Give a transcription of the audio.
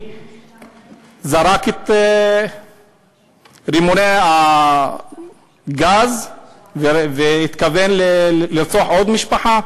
שזרק את רימוני הגז והתכוון לרצוח עוד משפחה?